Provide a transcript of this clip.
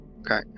Okay